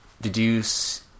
deduce